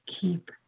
keep